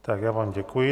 Tak já vám děkuji.